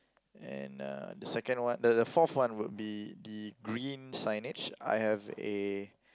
and uh the second one the the fourth one would be the green signage I have a